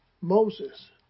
Moses